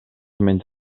menja